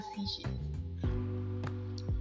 positions